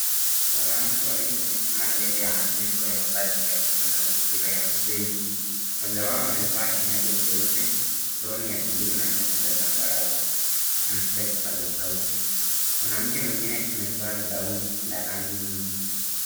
Wanawake wawili wamesimama mbele ya majengo ya mabati katika mazingira ya mjini. Mmoja wao amevaa kinyago cheupe, aproni ya buluu na shati la zambarau. Ameshika kipaza sauti. Mwanamke mwingine amevaa gauni la rangi nyingi.